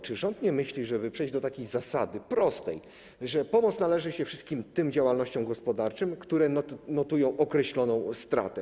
Czy rząd nie myśli, żeby przejść do takiej prostej zasady, że pomoc należy się tym wszystkim działalnościom gospodarczym, które notują określoną stratę?